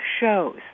shows